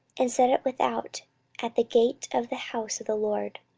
and set it without at the gate of the house of the lord.